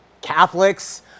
Catholics